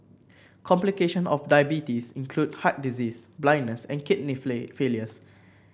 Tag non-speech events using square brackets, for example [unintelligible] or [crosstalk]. complication of diabetes include heart disease blindness and kidney [unintelligible] failure